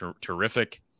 terrific